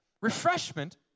refreshment